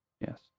yes